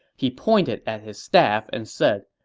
he pointed at his staff and said,